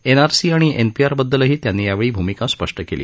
NRC आणि NPR बद्दलही त्यांनी यावेळी भूमिका स्पष्ट केली